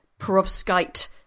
perovskite